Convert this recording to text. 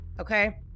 okay